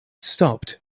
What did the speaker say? stopped